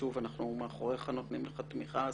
שוב אנחנו מאחוריך ונותנים לך תמיכה,